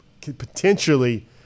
potentially –